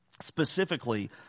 specifically